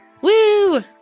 Woo